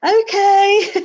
okay